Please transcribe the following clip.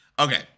Okay